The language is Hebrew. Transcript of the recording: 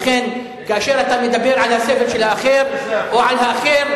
ולכן כאשר אתה מדבר על הסבל של האחר או על האחר,